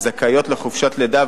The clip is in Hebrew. זכאיות לחופשת לידה,